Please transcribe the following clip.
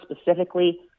specifically